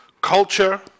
culture